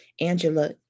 Angela